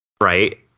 right